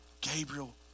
Gabriel